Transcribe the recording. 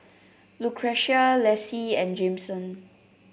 Lucretia Lassie and Jameson